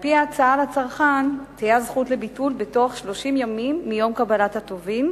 ועל-פי ההצעה לצרכן תהיה זכות לביטול בתוך 30 ימים מיום קבלת הטובין,